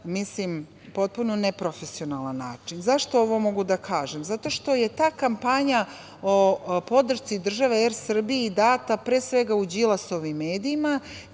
jedan potpuno neprofesionalan način.Zašto ovo mogu da kažem? Zato što je ta kampanja o podršci države „Er Srbiji“ data pre svega u Đilasovim medijima